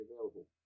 available